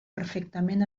perfectament